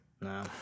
no